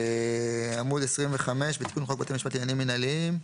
עמוד 25 בתיקון חוק בית המשפט לעניינים מינהליים,